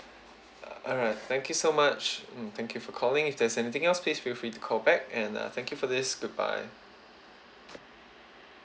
uh alright thank you so much mm thank you for calling if there's anything else please feel free to callback and uh thank you for this goodbye